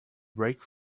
brake